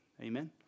Amen